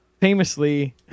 Famously